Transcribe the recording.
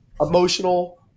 emotional